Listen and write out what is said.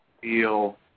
feel